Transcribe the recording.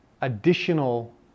additional